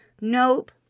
Nope